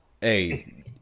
Hey